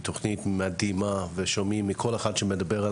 שהיא תוכנית מדהימה ואת זה אנחנו שומעים מכל אחד שמדבר על